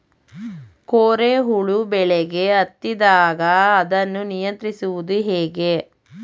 ಕೋರೆ ಹುಳು ಬೆಳೆಗೆ ಹತ್ತಿದಾಗ ಅದನ್ನು ನಿಯಂತ್ರಿಸುವುದು ಹೇಗೆ?